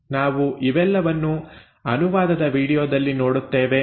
ನಾವು ಇವೆಲ್ಲವನ್ನೂ ಅನುವಾದದ ವೀಡಿಯೊದಲ್ಲಿ ನೋಡುತ್ತೇವೆ